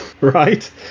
Right